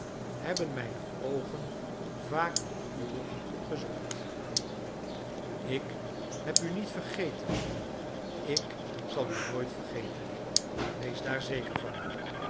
hebben mijne oogen vaak de uwe gezocht ik heb u niet vergeten ik zal u nooit vergeten wees daar zeker van